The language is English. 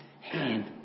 hand